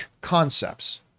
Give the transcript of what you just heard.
concepts